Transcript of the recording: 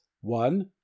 one